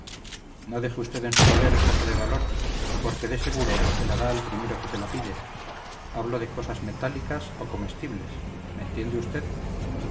no deje usted en su poder cosa de valor porque de seguro se la da al primero que se la pide hablo de cosas metálicas o comestibles me entiende usted